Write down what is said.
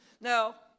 Now